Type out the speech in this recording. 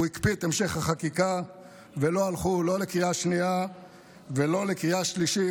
הוא הקפיא את המשך החקיקה ולא הלכו לא לקריאה שנייה ולא לקריאה שלישית.